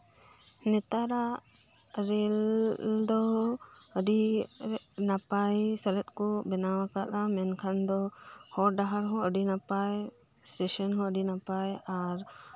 ᱱᱮᱛᱟᱨᱟᱜ ᱨᱮᱹᱞ ᱫᱚ ᱟᱹᱰᱤ ᱱᱟᱯᱟᱭ ᱥᱟᱹᱦᱤᱡ ᱠᱚ ᱵᱮᱱᱟᱣ ᱟᱠᱟᱫᱟ ᱢᱮᱱᱠᱷᱟᱱ ᱫᱚ ᱦᱚᱨ ᱰᱟᱦᱟᱨ ᱦᱚᱸ ᱟᱹᱰᱤ ᱱᱟᱯᱟᱭ ᱥᱴᱮᱹᱥᱮᱱ ᱦᱚᱸ ᱟᱹᱰᱤ ᱱᱟᱯᱟᱭ ᱟᱨ